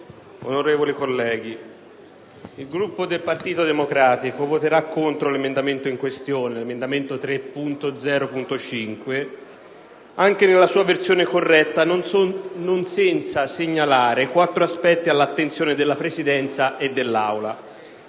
onorevoli colleghi, il Gruppo del Partito Democratico voterà contro l'emendamento 3.0.5, anche nella sua versione corretta, non senza segnalare quattro aspetti all'attenzione della Presidenza e dell'Assemblea.